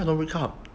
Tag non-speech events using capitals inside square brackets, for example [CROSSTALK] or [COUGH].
[NOISE]